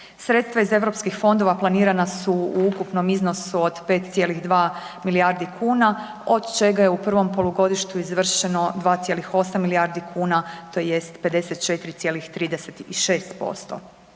Sredstva iz europskih fondova planirana su u ukupnom iznosu od 5,2 milijardi kuna, od čega je u prvom polugodištu izvršeno 2,8 milijardi kuna tj. 54,36%.